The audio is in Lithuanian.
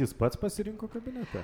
jis pats pasirinko kabinetą